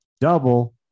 double